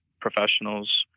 professionals